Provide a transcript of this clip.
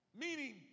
Meaning